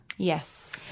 yes